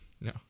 no